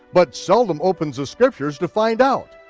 but seldom opens the scriptures to find out.